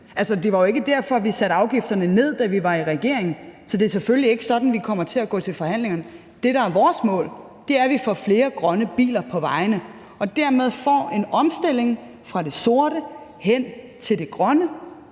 Det var jo ikke derfor, vi satte afgifterne ned, da vi var i regering, så det er selvfølgelig ikke sådan, vi kommer til at gå til forhandlingerne. Det, der er vores mål, er, at vi får flere grønne biler på vejene og dermed får en omstilling fra det sorte hen til det grønne.